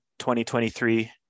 2023